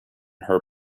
her